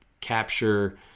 capture